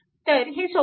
तर हे सोपे आहे